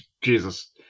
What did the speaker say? Jesus